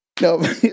No